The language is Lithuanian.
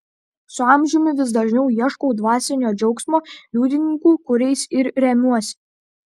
su amžiumi vis dažniau ieškau dvasinio džiaugsmo liudininkų kuriais ir remiuosi